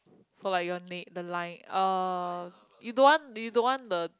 so like you want make the line uh you don't want you don't want the